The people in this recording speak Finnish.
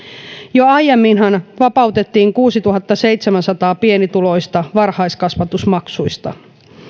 jo aiemminhan vapautettiin kuusituhattaseitsemänsataa pienituloista varhaiskasvatusmaksuista nyt